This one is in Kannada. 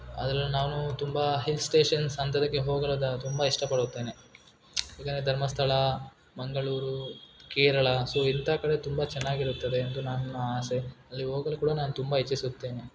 ಅದ್ರಲ್ಲಿ ನಾನೂ ತುಂಬ ಹಿಲ್ ಸ್ಟೇಷನ್ಸ್ ಅಂಥದಕ್ಕೆ ಹೋಗಲು ದ ತುಂಬ ಇಷ್ಟಪಡುತ್ತೇನೆ ಇಲ್ಲಾಂದರೆ ಧರ್ಮಸ್ಥಳ ಮಂಗಳೂರು ಕೇರಳ ಸೊ ಇಂಥ ಕಡೆ ತುಂಬ ಚೆನ್ನಾಗಿರುತ್ತದೆ ಎಂದು ನನ್ನ ಆಸೆ ಅಲ್ಲಿ ಹೋಗಲು ಕೂಡ ನಾನು ತುಂಬ ಇಚ್ಛಿಸುತ್ತೇನೆ